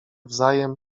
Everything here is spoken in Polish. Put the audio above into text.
wzajem